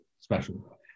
special